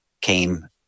came